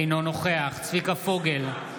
אינו נוכח צביקה פוגל,